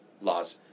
laws